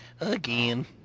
Again